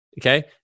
okay